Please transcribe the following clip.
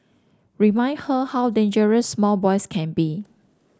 remind her how dangerous small boys can be